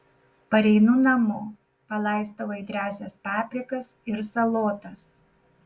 pareinu namo palaistau aitriąsias paprikas ir salotas